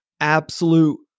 absolute